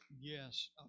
Yes